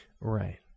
Right